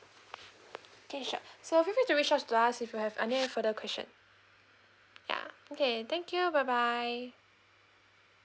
okay sure so feel free to reach out to us if you have any further question ya okay thank you bye bye